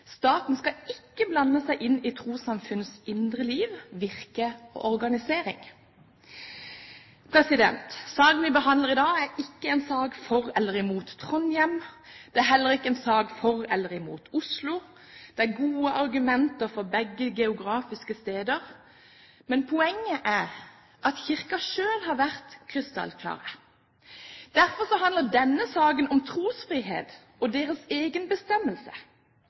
staten skal ikke blande seg inn i trossamfunnenes indre liv, virke og organisering. Saken vi behandler i dag, er ikke en sak for eller imot Trondheim. Det er heller ikke en sak for eller imot Oslo. Det er gode argumenter for begge geografiske steder, men poenget er at Kirken selv har vært krystallklar. Derfor handler denne saken om trosfrihet og deres